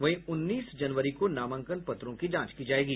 वहीं उन्नीस जनवरी को नामांकन पत्रों की जांच की जायेगी